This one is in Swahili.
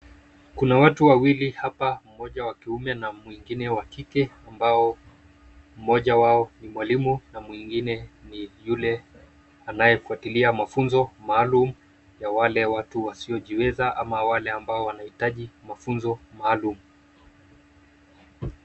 Kuna watu wawili hapa mmoja wa kiume na mwingine wa kike ambao mmoja wao ni mwalimu na mwengine ni yule anayefuatilia mafunzo maalum ya wale watu wasio jiweza ama wale wanaohitaji mafunzo maalum